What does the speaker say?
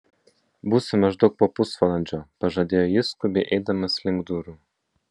būsiu maždaug po pusvalandžio pažadėjo jis skubiai eidamas link durų